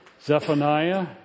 Zephaniah